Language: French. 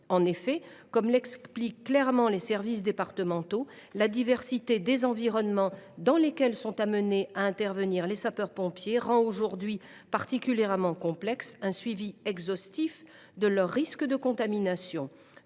En effet, comme l’expliquent clairement les services départementaux, la diversité des environnements dans lesquels les sapeurs pompiers interviennent rend aujourd’hui particulièrement complexe un suivi exhaustif de leurs risques de contamination.